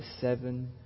seven